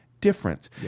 difference